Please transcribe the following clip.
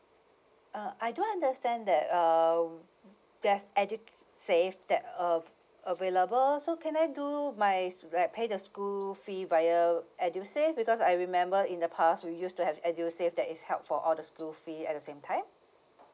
uh I do understand that um there's edusave that uh available so can I do my like pay the school fee via edusave because I remember in the past we used to have edusave that is help for all the school fees at the same time